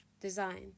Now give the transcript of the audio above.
design